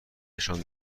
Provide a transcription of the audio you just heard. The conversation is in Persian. نشان